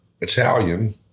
Italian